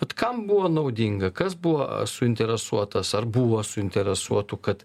vat kam buvo naudinga kas buvo suinteresuotas ar buvo suinteresuotų kad